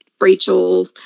Rachel